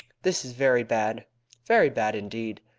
this is very bad very bad indeed!